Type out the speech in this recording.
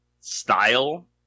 style